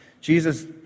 Jesus